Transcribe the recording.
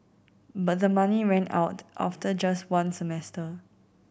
but the money ran out after just one semester